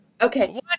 okay